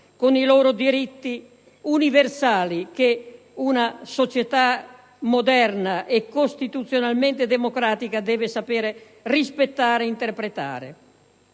con i loro diritti universali, che una società moderna e costituzionalmente democratica deve saper rispettare ed interpretare.